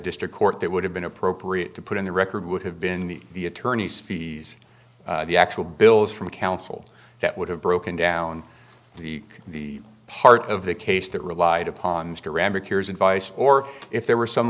district court that would have been appropriate to put in the record would have been the attorney's fees the actual bills from counsel that would have broken down the the part of the case that relied upon here's advice or if there were some